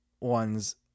ones